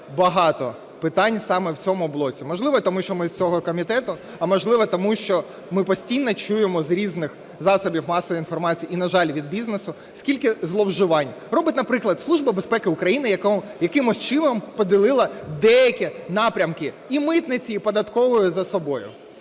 багато питань саме в цьому блоці. Можливо, тому що ми з цього комітету, а, можливо, тому що ми постійно чуємо з різних засобів масової інформації і, на жаль, від бізнесу, скільки зловживань робить, наприклад, Служба безпеки України, яка якимось чином поділила деякі напрямки і митниці, і податкової за собою.